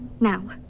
Now